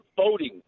voting